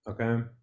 Okay